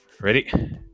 ready